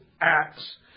acts